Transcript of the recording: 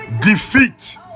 defeat